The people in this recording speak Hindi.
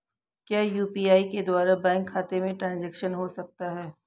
क्या यू.पी.आई के द्वारा बैंक खाते में ट्रैन्ज़ैक्शन हो सकता है?